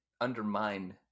undermine